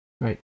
Right